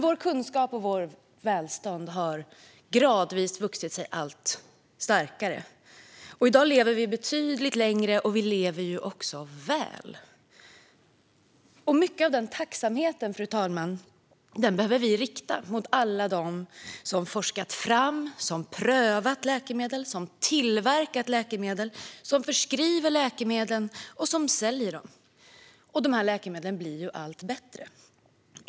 Vår kunskap och vårt välstånd har dock gradvis vuxit sig allt starkare. I dag lever vi betydligt längre, och vi lever väl. Mycket av tacksamheten för detta behöver vi rikta mot alla dem som forskat fram, prövat och tillverkat läkemedel, liksom mot dem som förskriver läkemedlen och dem som säljer dem. Läkemedlen blir dessutom allt bättre.